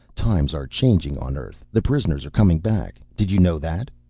times are changing on earth. the prisoners are coming back. did you know that?